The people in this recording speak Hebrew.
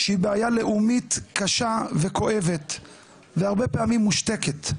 שהיא בעיה לאומית קשה וכואבת והרבה פעמים מושתקת,